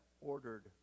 ordered